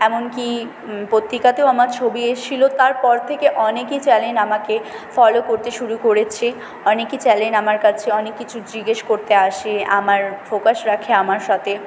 এমনকি পত্রিকাতেও আমার ছবি এসেছিলো তারপর থেকে অনেকই চ্যানেল আমাকে ফলো করতে শুরু করেছে অনেকই চ্যানেল আমার কাছে অনেক কিছু জিজ্ঞেস করতে আসে আমার ফোকাস রাখে আমার সাথে